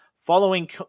following